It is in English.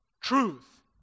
truth